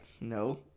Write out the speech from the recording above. No